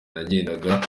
nagendaga